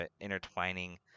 intertwining